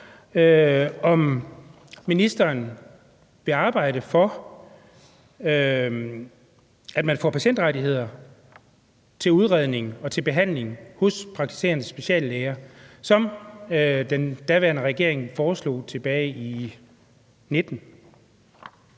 om ministeren vil arbejde for, at man får patientrettigheder i forbindelse med udredning og behandling hos praktiserende speciallæger, som den daværende regering foreslog tilbage i 2019.